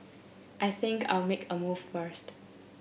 I think I'll make a move first